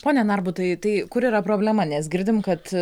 pone narbutai tai kur yra problema nes girdim kad